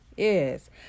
Yes